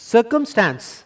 Circumstance